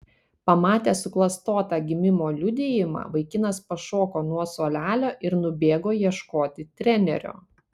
pamatęs suklastotą gimimo liudijimą vaikinas pašoko nuo suolelio ir nubėgo ieškoti trenerio